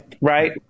Right